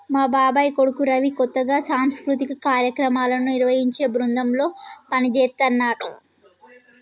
మా బాబాయ్ కొడుకు రవి కొత్తగా సాంస్కృతిక కార్యక్రమాలను నిర్వహించే బృందంలో పనిజేత్తన్నాడు